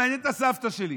מעניין את הסבתא שלי.